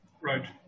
Right